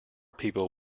people